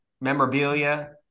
memorabilia